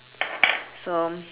so